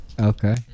Okay